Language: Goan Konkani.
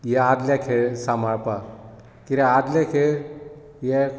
हे आदले खेळ सांबाळपाक कित्याक आदले खेळ हे